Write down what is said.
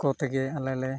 ᱠᱚᱛᱮᱜᱮ ᱟᱞᱮᱞᱮ